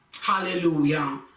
hallelujah